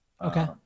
Okay